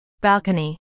balcony